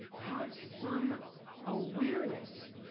have some awareness.